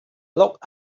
locked